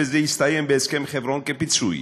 וזה הסתיים בהסכם חברון כפיצוי.